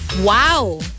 Wow